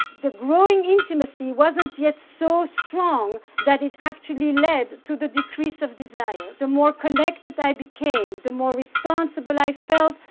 the growing intimacy wasn't yet so strong that it actually led to the decrease of desire. the more connected i became, the more responsible i felt,